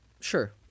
Sure